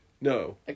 no